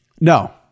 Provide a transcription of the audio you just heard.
No